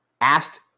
asked